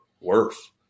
worse